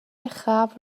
uchaf